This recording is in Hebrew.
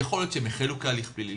יכול להיות שהם החלו כהליך פלילי,